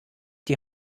die